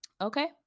Okay